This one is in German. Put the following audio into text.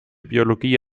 biologie